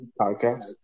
podcast